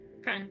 Okay